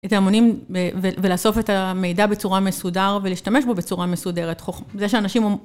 את ההמונים ולאסוף את המידע בצורה מסודר ולהשתמש בו בצורה מסודרת, זה שאנשים...